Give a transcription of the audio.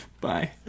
Bye